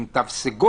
עם תו סגול,